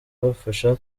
bamfasha